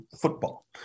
football